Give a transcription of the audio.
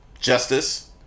Justice